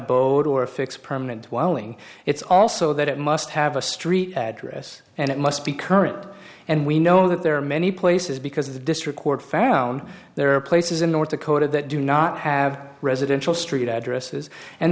abode or a fixed permanent whiling it's also that it must have a street address and it must be current and we know that there are many places because the district court found there are places in north dakota that do not have residential street addresses and